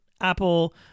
Apple